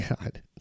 god